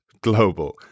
global